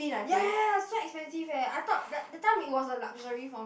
ya ya ya so expensive eh I thought that that time it was a luxury for me